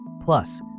Plus